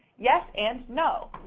yes and no.